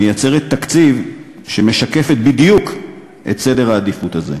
מייצרת תקציב שמשקף בדיוק את סדר העדיפות הזה.